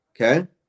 Okay